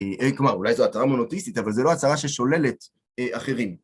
כלומר, אולי זו הצעה מונוטיסטית, אבל זו לא הצעה ששוללת אחרים.